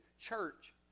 church